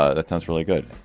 ah that sounds really good.